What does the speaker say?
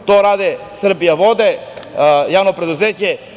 To rade „Srbijavode“, javno preduzeće.